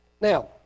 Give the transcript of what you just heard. Now